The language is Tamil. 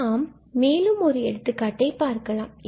நாம் மேலும் ஒரு எடுத்துக்காட்டை பார்க்கலாம்